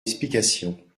explication